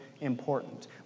important